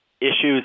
issues